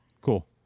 cool